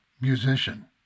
musician